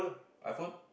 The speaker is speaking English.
iPhone